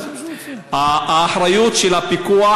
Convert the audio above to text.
האחריות של הפיקוח,